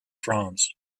france